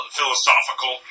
philosophical